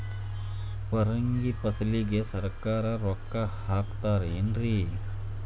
ಪರಂಗಿ ಫಸಲಿಗೆ ಸರಕಾರ ರೊಕ್ಕ ಹಾಕತಾರ ಏನ್ರಿ?